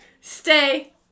Stay